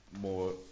more